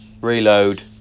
reload